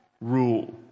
rule